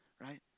right